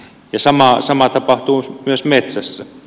ja sama tapahtuu myös metsässä